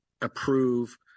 approve